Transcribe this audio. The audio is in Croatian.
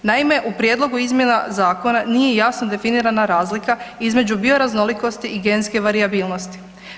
Naime, u prijedlogu izmjena zakona nije jasno definirana razlika između bioraznolikosti i genske varijabilnosti.